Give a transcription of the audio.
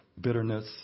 bitterness